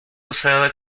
usada